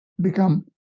become